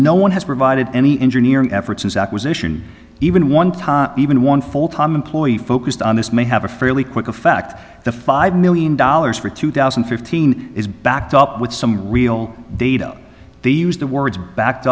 no one has provided any engineering efforts this acquisition even one time even one full time employee focused on this may have a fairly quick effect the five million dollars for two thousand and fifteen is backed up with some real data they used the words backed